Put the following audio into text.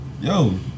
yo